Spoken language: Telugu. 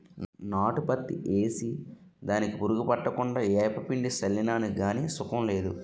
నాటు పత్తి ఏసి దానికి పురుగు పట్టకుండా ఏపపిండి సళ్ళినాను గాని సుకం లేదు